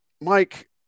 Mike